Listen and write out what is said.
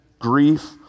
grief